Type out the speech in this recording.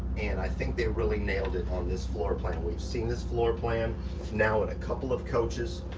and i think they really nailed it on this floor plan. we've seen this floor plan now in a couple of coaches,